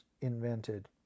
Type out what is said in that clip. invented